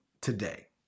today